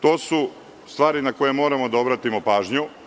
To su stvari na koje moramo da obratimo pažnju.